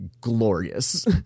glorious